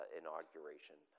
inauguration